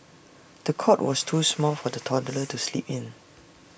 the cot was too small for the toddler to sleep in